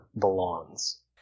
belongs